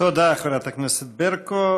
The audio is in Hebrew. תודה לחברת הכנסת ברקו.